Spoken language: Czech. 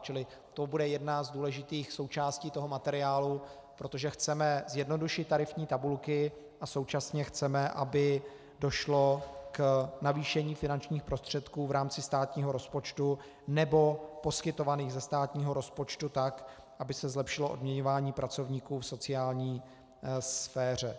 Čili to bude jedna z důležitých součástí toho materiálu, protože chceme zjednodušit tarifní tabulky a současně chceme, aby došlo k navýšení finančních prostředků v rámci státního rozpočtu, nebo poskytovaných ze státního rozpočtu, tak, aby se zlepšilo odměňování pracovníků v sociální sféře.